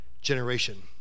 generation